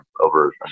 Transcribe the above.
over